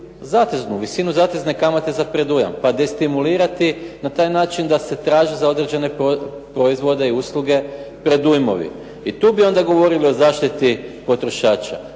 platiti visinu zatezne kamate za predujam pa destimulirati na taj način da se traži za određene proizvode i usluge predujmovi. I tu bi onda govorili o zaštiti potrošača.